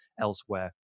elsewhere